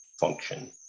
function